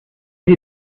dir